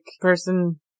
person